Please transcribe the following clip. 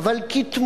היא אמנות האפשרי.